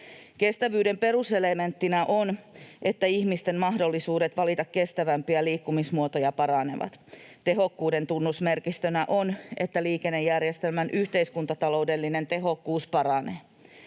Kestävyyden peruselementtinä on, että ihmisten mahdollisuudet valita kestävämpiä liikkumismuotoja paranevat. Tehokkuuden tunnusmerkistönä on, että liikennejärjestelmän yhteiskuntataloudellinen tehokkuus paranee.